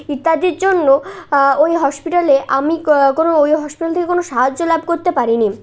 ইত্যাদির জন্য ওই হসপিটালে আমি কোনো ওই হসপিটাল থেকে কোনো সাহায্য লাভ করতে পারি নি